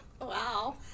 Wow